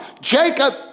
Jacob